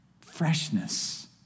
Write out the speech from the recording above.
freshness